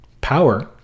Power